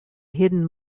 hidden